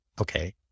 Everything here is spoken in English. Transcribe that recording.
Okay